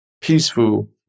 peaceful